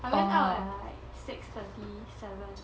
I went out at like six thirty seven